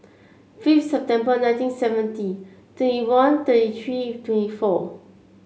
fifth September nineteen seventy twenty one thirty three twenty four